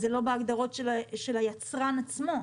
זה לא בהגדרות של היצרן עצמו.